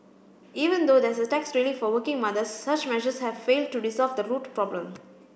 even though there is a tax relief for working mothers such measures have failed to resolve the root problem